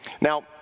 Now